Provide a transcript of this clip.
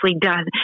done